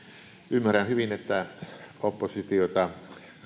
ymmärrän hyvin että oppositiota